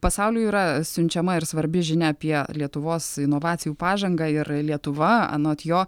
pasauliui yra siunčiama ir svarbi žinia apie lietuvos inovacijų pažangą ir lietuva anot jo